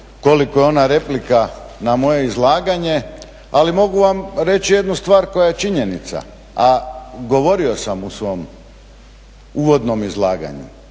koliko je ona replika na moje izlaganje, ali mogu vam reći jednu stvar koja je činjenica, a govorio sam u svom uvodnom izlaganju,